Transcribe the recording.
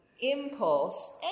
impulse